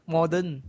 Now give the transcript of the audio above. Modern